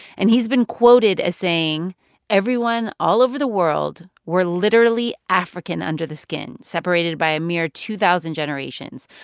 and he's been quoted as saying everyone all over the world, we're literally african under the skin, separated by a mere two thousand generations.